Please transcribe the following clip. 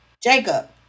Jacob